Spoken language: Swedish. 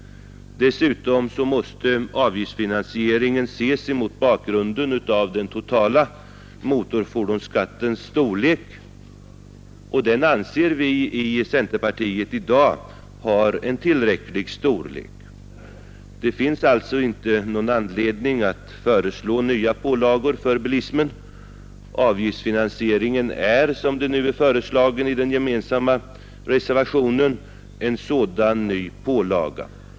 Dessutom måste avgiftsfinansieringen ses mot bakgrunden av den totala motorfordonsskattens storlek — och den anser vi i centerpartiet i dag ha tillräcklig storlek. Det finns alltså inte någon anledning att föreslå nya pålagor för bilismen. Avgiftsfinansieringen är, som den nu är föreslagen i den gemensamma reservationen, en sådan ny pålaga.